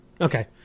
Okay